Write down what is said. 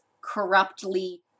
corruptly